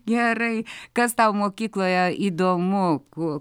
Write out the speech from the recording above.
gerai kas tau mokykloje įdomu ko